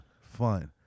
Fine